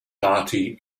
party